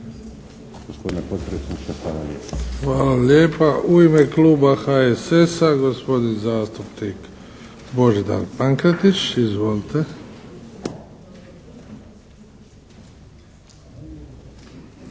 Hvala lijepa. U ime Kluba HSS-a gospodin zastupnik Božidar Pankretić. Izvolite.